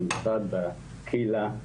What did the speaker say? במשרד ובקהילה.